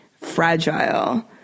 fragile